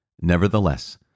Nevertheless